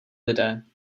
lidé